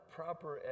proper